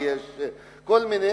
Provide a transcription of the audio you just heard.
ויש כל מיני,